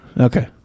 Okay